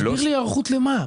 תסביר לי היערכות למה.